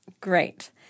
Great